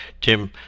Tim